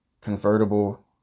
Convertible